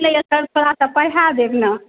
ठीक यऽ सर थोड़ा सा पढ़ा देब ने